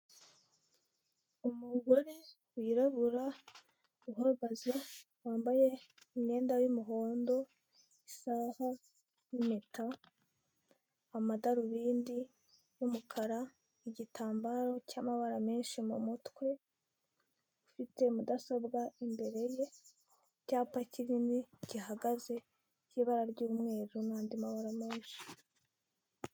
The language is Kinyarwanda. Umugore wirabura uhagaze wambaye imyenda y'umuhondo, isaha n'impeta, amadarubindi y'umukara, igitambaro cy'amabara menshi mu mutwe, ufite mudasobwa imbere ye, icyapa kinini gihagaze cy'ibara ry'umweru n'andi mabara menshi.